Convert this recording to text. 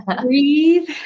breathe